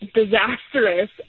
disastrous